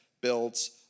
builds